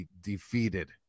defeated